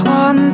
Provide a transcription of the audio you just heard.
on